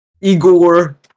Igor